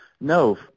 no